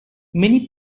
many